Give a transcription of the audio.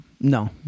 No